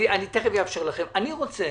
רוצה